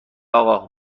اقا